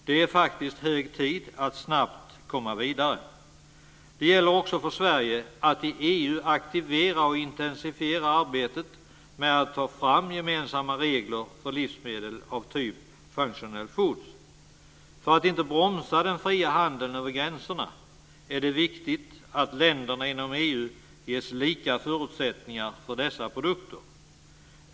Det är faktiskt hög tid att snabbt komma vidare. Det gäller också för Sverige att i EU aktivera och intensifiera arbetet med att ta fram gemensamma regler för livsmedel av typ functional foods. För att inte bromsa den fria handeln över gränserna är det viktigt att länderna inom EU ges lika förutsättningar för dessa produkter.